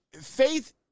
faith